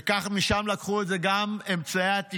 ומשם לקחו את זה גם אמצעי התקשורת,